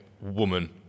woman